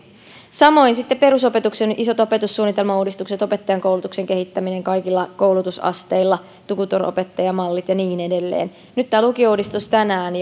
samoin sitten perusopetuksen isot opetussuunnitelmauudistukset opettajankoulutuksen kehittäminen kaikilla koulutusasteilla tutoropettajamallit ja niin edelleen ja nyt tämä lukiouudistus tänään